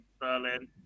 Berlin